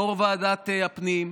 יו"ר ועדת הפנים,